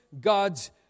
God's